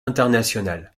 international